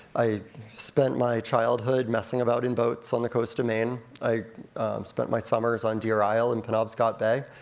i spent my childhood messing about in boats on the coast of maine. i spent my summers on deer isle in penobscot bay,